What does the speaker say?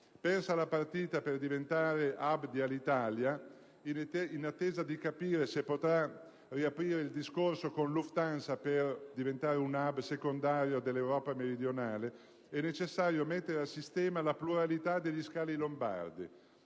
Persa la partita per diventare *hub* Alitalia, in attesa di capire se si potrà riaprire il discorso con Lufthansa per divenire un *hub* secondario dedicato all'Europa meridionale, è necessario mettere a sistema la pluralità degli scali lombardi: